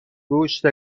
گوشت